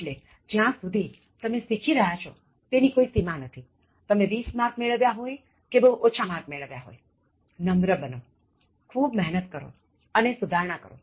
એટલે જ્યાં સુધી તમે શીખી રહયા છોતેની કોઇ સીમા નથીતમે 20 માર્ક મેળવ્યા હોય કે બહુ ઓછા માર્ક મેળવ્યા હોયનમ્ર બનો ખૂબ મહેનત કરો અને સુધારણા કરો